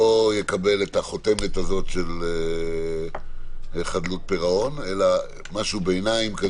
יקבל את החותמת של חדלות פירעון אלא משהו ביניים,